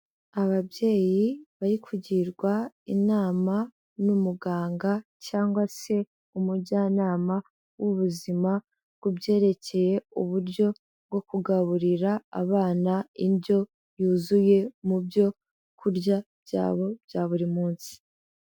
Ababyeyi bari kugirwa inama n'umuganga cyangwa se umujyanama w'ubuzima, ku byerekeye uburyo bwo kugaburira abana indyo yuzuye mu byo kurya byabo bya buri munsi.